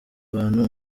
abantu